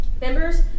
Members